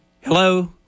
hello